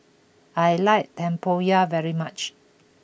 I like Tempoyak very much